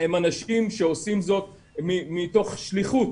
הם אנשים שעושים זאת מתוך שליחות.